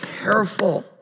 careful